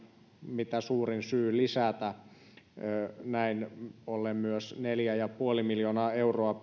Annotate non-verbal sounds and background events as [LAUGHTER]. mitä suurin syy näin ollen lisätä pysyvästi neljä pilkku viisi miljoonaa euroa [UNINTELLIGIBLE]